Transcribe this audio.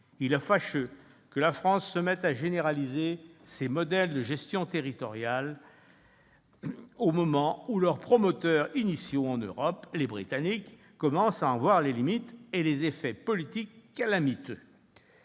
Il est fâcheux que la France se mette à généraliser ces modèles de gestion territoriale au moment où leurs promoteurs initiaux en Europe, les Britanniques, commencent à en voir les limites et les effets politiques calamiteux.